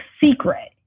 secret